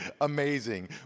amazing